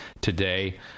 today